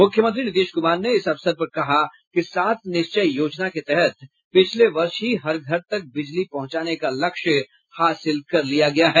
मुख्यमंत्री नीतीश कुमार ने इस अवसर पर कहा कि सात निश्चय योजना के तहत पिछले वर्ष ही हर घर तक बिजली पहुंचाने का लक्ष्य हासिल कर लिया है